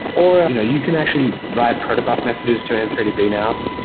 or you know you can actually write protobuff messages to m three d b now.